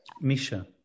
Misha